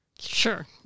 Sure